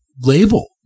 label